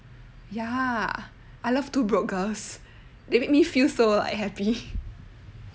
ya I love two broke girls they make me feel so like happy